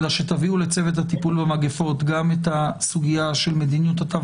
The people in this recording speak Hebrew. אלא שתביאו לצוות הטיפול במגפות גם את הסוגיה של מדיניות התו